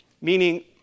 Meaning